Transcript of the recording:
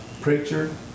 preacher